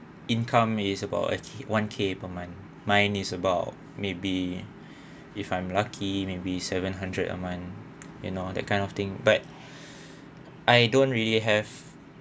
income is about actually one k per month mine is about maybe if I'm lucky maybe seven hundred a month you know that kind of thing but I don't really have